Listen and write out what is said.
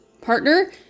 partner